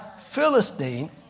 Philistine